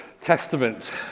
Testament